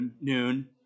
noon